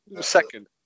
Second